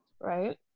right